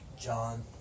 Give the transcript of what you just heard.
John